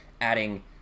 adding